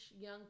young